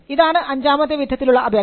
ഇതാണ് അഞ്ചാമത്തെ വിധത്തിലുള്ള അപേക്ഷ